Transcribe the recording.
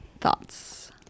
thoughts